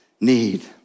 need